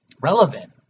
relevant